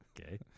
Okay